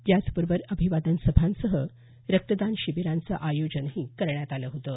त्याचबरोबर अभिवादन सभांसह रक्तदान शिबिराचं आयोजनही करण्यात आलं होतं